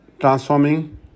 transforming